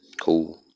Cool